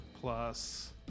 plus